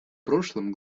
прошлом